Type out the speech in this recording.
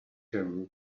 him